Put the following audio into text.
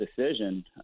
decision